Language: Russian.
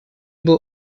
был